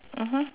(uh huh)